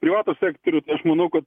privatų sektorių tai aš manau kad